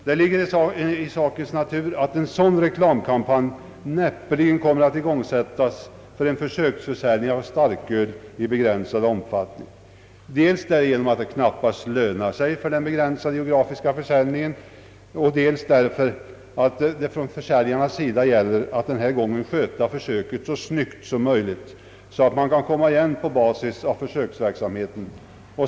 Det ligger i sakens natur att en sådan reklamkampanj knappast kommer att igångsättas för en försöksförsäljning av starköl i begränsad omfattning, dels därför att det knappast lönar sig för den begränsade geografiska försäljning det här är fråga om, dels därför att det för försäljarna gäller att sköta försöket så snyggt som möjligt så att man kan komma tillbaka på basis av försöks verksamheten.